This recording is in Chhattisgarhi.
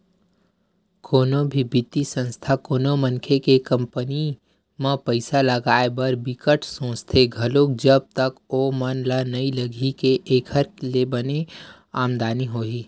कोनो भी बित्तीय संस्था कोनो मनखे के कंपनी म पइसा लगाए बर बिकट सोचथे घलो जब तक ओमन ल नइ लगही के एखर ले बने आमदानी होही